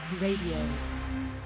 Radio